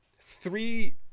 three